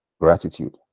Gratitude